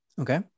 Okay